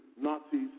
Nazis